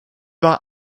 war